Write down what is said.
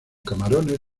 camarones